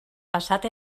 passat